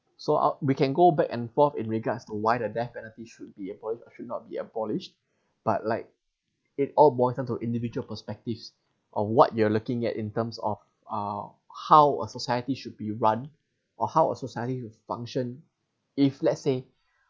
so out we can go back and forth in regards to why that death penalty should be abolished should not be abolished but like it all boils down to individual perspectives of what you are looking at in terms of uh how a society should be run or how a society should function if let's say